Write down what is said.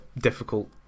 difficult